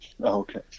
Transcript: Okay